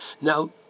Now